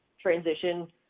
transition